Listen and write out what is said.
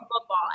football